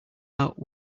out